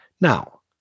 Now